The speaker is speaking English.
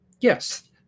Yes